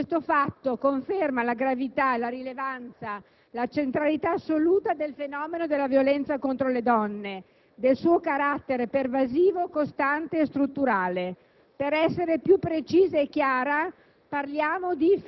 e alla fine delle indagini il marito è stato arrestato. Questo fatto conferma la gravità, la rilevanza, la centralità assoluta del fenomeno della violenza contro le donne, del suo carattere pervasivo, costante e strutturale.